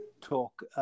talk